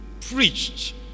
preached